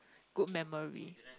good memory